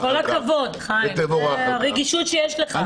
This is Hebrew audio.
כל הכבוד על הרגישות שיש לך.